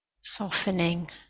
Softening